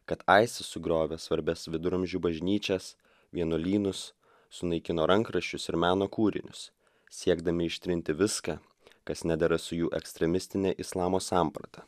kad isis sugriovė svarbias viduramžių bažnyčias vienuolynus sunaikino rankraščius ir meno kūrinius siekdami ištrinti viską kas nedera su jų ekstremistine islamo samprata